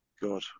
God